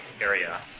area